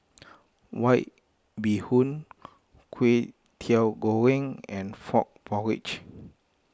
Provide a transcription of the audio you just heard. White Bee Hoon Kway Teow Goreng and Frog Porridge